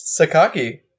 Sakaki